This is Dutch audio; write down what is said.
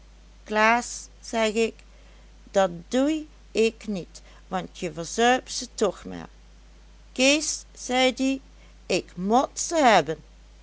klaas zeg ik dat doei ik niet want je verzuipt ze toch maar kees zeid ie ik mot ze hebben